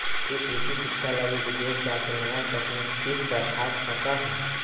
तु कृषि शिक्षा लगी विदेश जाके नया तकनीक सीख कर आ सका हीं